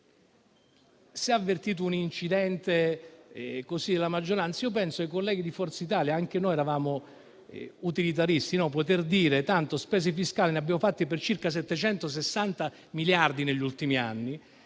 si è parlato di un incidente nella maggioranza, e io penso ai colleghi di Forza Italia, anche noi eravamo utilitaristi: potevamo dire che di spese fiscali ne avevamo fatte per circa 760 miliardi negli ultimi anni